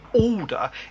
order